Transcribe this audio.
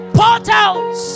portals